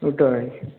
ওটাই